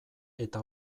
eta